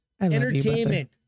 Entertainment